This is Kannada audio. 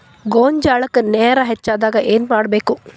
ಗೊಂಜಾಳಕ್ಕ ನೇರ ಹೆಚ್ಚಾದಾಗ ಏನ್ ಮಾಡಬೇಕ್?